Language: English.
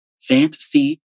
fantasy